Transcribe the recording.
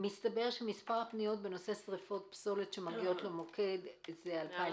מסתבר שמספר הפניות בנושא שריפות פסולת שמגיעות למוקד זה מעל